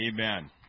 Amen